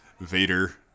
Vader